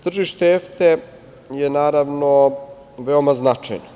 Tržište EFTA je, naravno, veoma značajno.